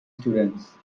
students